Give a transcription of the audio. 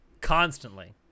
constantly